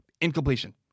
incompletion